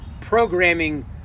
programming